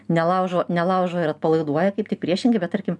nelaužo nelaužo ir atpalaiduoja kaip tik priešingai bet tarkim